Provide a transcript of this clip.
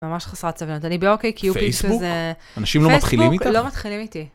ממש חסרת סבלנות. אני באוקיי קיופיד. פייסבוק? אנשים לא מתחילים איתי? פייסבוק לא מתחילים איתי.